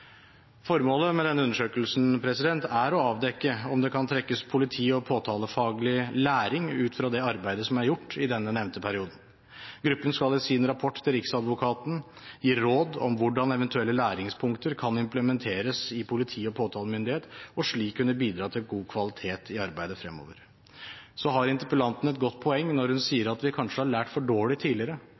Formålet med denne undersøkelsen er å avdekke om det kan trekkes politi- og påtalefaglig læring ut av det arbeidet som er gjort i den nevnte perioden. Gruppen skal i sin rapport til Riksadvokaten gi råd om hvordan eventuelle læringspunkter kan implementeres hos politi- og påtalemyndighet, og slik kunne bidra til god kvalitet i arbeidet fremover. Så har interpellanten et godt poeng når hun sier at vi kanskje har lært for dårlig tidligere.